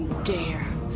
dare